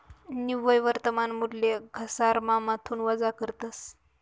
निव्वय वर्तमान मूल्य घसारामाथून वजा करतस